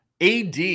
AD